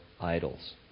idols